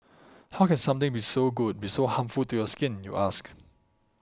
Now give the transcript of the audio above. how can something be so good be so harmful to your skin you ask